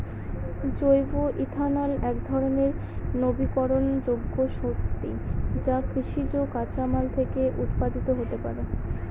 জৈব ইথানল একধরনের নবীকরনযোগ্য শক্তি যা কৃষিজ কাঁচামাল থেকে উৎপাদিত হতে পারে